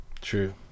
True